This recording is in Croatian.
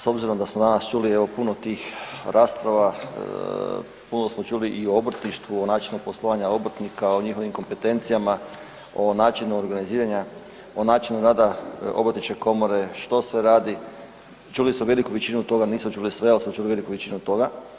S obzirom da smo danas čuli evo puno tih rasprava, puno smo čuli i o obrtništvu, o načinu poslovanja obrtnika, o njihovim kompetencijama, o načinu organiziranja, o načinu rada obrtničke komore, što se radi, čuli smo veliku većinu toga, nismo čuli sve, al smo čuli veliku većinu toga.